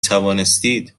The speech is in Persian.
توانستید